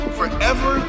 forever